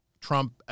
Trump